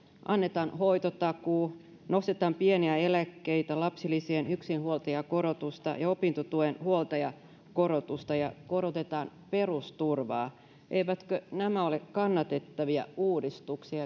annetaan hoitotakuu nostetaan pieniä eläkkeitä lapsilisien yksinhuoltajakorotusta ja opintotuen huoltajakorotusta ja korotetaan perusturvaa eivätkö nämä ole kannatettavia uudistuksia